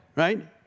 Right